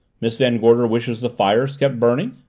miss van gorder wishes the fire kept burning,